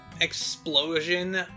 explosion